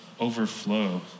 overflow